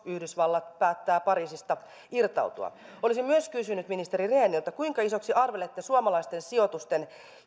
yhdysvallat päättää pariisista irtautua olisin myös kysynyt ministeri rehniltä kuinka isoksi arvelette suomalaisten sijoitusten